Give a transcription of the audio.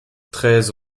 treize